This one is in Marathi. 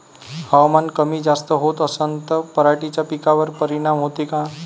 हवामान कमी जास्त होत असन त पराटीच्या पिकावर परिनाम होते का?